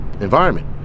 environment